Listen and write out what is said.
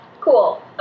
Cool